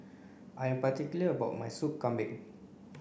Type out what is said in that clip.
I am particular about my sup kambing